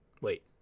Wait